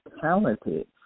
talented